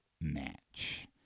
match